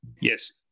yes